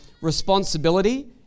responsibility